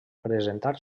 presentar